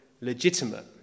legitimate